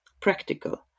practical